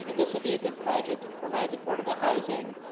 you know this would be a good project, it provides affordable housing,